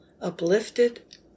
uplifted